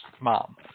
mom